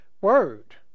word